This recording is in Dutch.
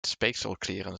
speekselklieren